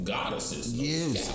goddesses